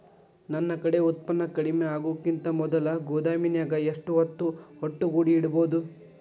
ನನ್ ಕಡೆ ಉತ್ಪನ್ನ ಕಡಿಮಿ ಆಗುಕಿಂತ ಮೊದಲ ಗೋದಾಮಿನ್ಯಾಗ ಎಷ್ಟ ಹೊತ್ತ ಒಟ್ಟುಗೂಡಿ ಇಡ್ಬೋದು?